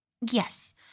Yes